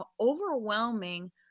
overwhelming